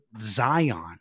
Zion